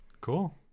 Cool